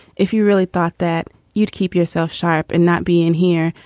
if you really thought that you'd keep yourself sharp and not be in here,